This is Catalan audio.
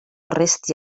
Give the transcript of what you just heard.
resti